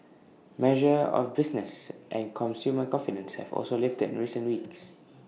measures of business and consumer confidence have also lifted in recent weeks